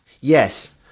Yes